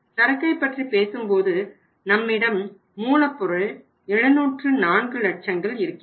சரக்கை பற்றி பேசும்போது நம்மிடம் மூலப்பொருள் 704 லட்சங்கள் இருக்கின்றது